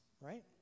right